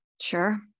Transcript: Sure